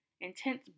intense